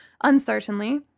uncertainly